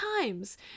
times